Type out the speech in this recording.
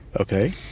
Okay